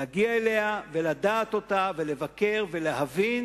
להגיע אליה ולדעת אותה ולבקר ולהבין